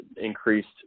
increased